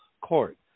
court